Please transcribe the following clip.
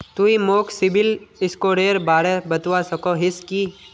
तुई मोक सिबिल स्कोरेर बारे बतवा सकोहिस कि?